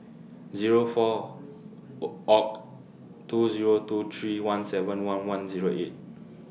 Zero four O two Zero two three one seven one one Zero eight